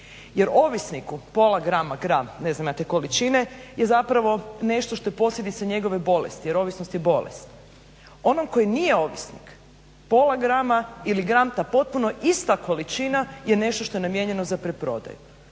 Jer ovisniku pola grama, gram ne znam ja te količine, je zapravo nešto što je posljedica njegove bolesti, jer ovisnost je bolest. Onom koji nije ovisnik pola grama ili gram ta potpuno ista količina je nešto što je namijenjeno za preprodaju.